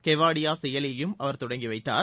கெவாடியா செயலியையும் அவர் தொடங்கி வைத்தார்